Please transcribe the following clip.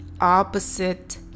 opposite